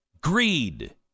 Greed